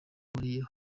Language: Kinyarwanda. bihuriyeho